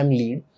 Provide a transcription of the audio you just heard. lead